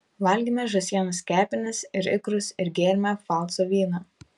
valgėme žąsienos kepenis ir ikrus ir gėrėme pfalco vyną